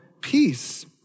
peace